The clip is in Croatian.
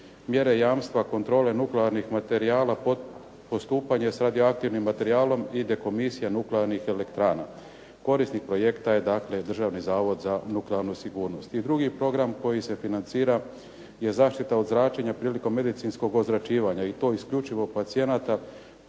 Mjere jamstva kontrole nuklearnih materijala, postupanje sa radioaktivnim materijalom i dekomisije nuklearnih elektrana. Korisnik projekta je dakle Državni zavod za nuklearnu sigurnost. I drugi program koji se financira je zaštita od zračenja prilikom medicinskog ozračivanja. I to isključivo pacijenata.